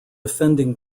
offending